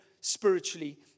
spiritually